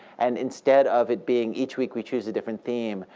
and instead of it being each week we choose a different theme,